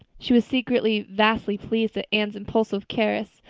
she was secretly vastly pleased at anne's impulsive caress,